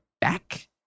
back